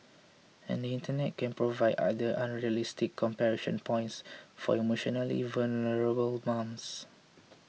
and the Internet can provide other unrealistic comparison points for emotionally vulnerable mums